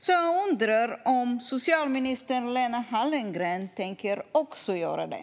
Så jag undrar om socialminister Lena Hallengren också tänker göra det.